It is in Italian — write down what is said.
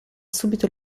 subito